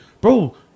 bro